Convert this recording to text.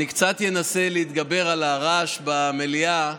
אני קצת אנסה להתגבר על הרעש במליאה.